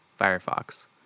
Firefox